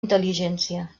intel·ligència